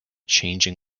changing